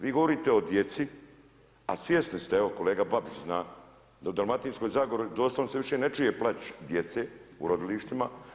Vi govorite o djeci a svjesni ste evo kolega Babić zna da u Dalmatinskoj zagori doslovce više se ne čuje plač djece u rodilištima.